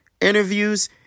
interviews